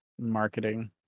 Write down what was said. Marketing